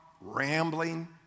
rambling